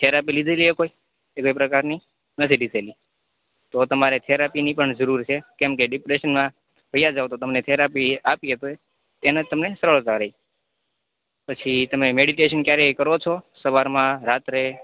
therapy લીધેલી હે કોઈ એવા પ્રકારની નથી લીધેલી તો તમારે થેરાપીની પણ જરૂર છે કેમ કે ડિપ્રેસનમાં વયા જાઓ તો તમને થેરાપી આપી આપે પડે એનાથી તમને સરળતા રેય પછી તમે મેડિટેશન ક્યારેય કરો છો સવારમાં રાત્રે